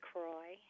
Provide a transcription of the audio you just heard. Croy